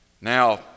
Now